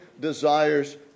desires